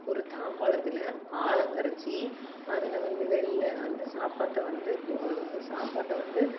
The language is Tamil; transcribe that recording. ஒரு தாம்பாளத்தில் ஆலங்கரைச்சி அதில் வந்து வெள்ளை அந்த சாப்பாட்டை வந்து சாப்பாட்டை வந்து